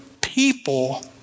people